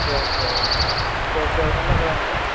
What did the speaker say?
சரி சரிங்க சரி சரி உருளைக்கெழங்கு